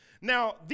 Now